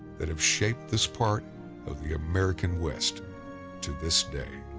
that have shaped this part of the american west to this day.